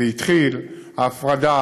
זה התחיל, ההפרדה